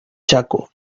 chaco